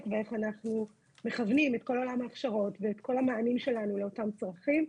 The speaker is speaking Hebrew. ואיך אנחנו מכוונים את כל עולם ההכשרות ואת כל המענים שלנו לאותם צרכים.